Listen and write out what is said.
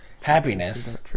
happiness